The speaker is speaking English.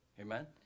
Amen